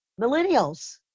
millennials